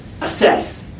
assess